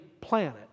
planet